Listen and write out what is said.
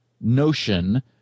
notion